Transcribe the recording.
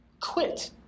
quit